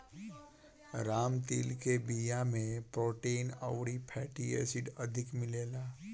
राम तिल के बिया में प्रोटीन अउरी फैटी एसिड अधिका मिलेला